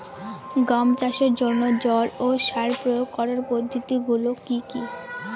গম চাষের জন্যে জল ও সার প্রয়োগ করার পদ্ধতি গুলো কি কী?